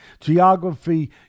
Geography